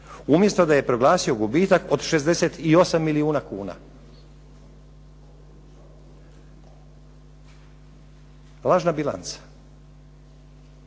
umjesto da je proglasio gubitak od 68 milijuna kuna. Lažna bilanca